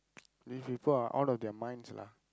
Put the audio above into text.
these people are ou~ out of their minds lah